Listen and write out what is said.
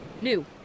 new